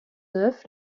neuf